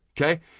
okay